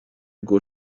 går